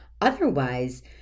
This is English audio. Otherwise